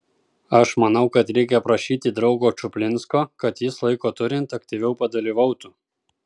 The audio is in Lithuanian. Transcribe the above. aš manau kad reikia prašyti draugo čuplinsko kad jis laiko turint aktyviau padalyvautų